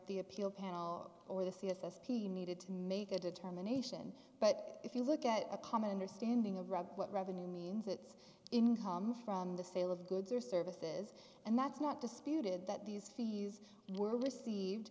the appeal panned out or the c s s p needed to make a determination but if you look at a common understanding of rather what revenue means it's income from the sale of goods or services and that's not disputed that these fees were received